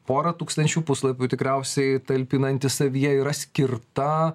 porą tūkstančių puslapių tikriausiai talpinanti savyje yra skirta